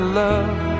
love